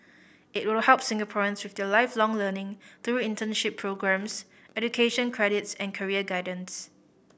it will help Singaporeans with their Lifelong Learning through internship programmes education credits and career guidance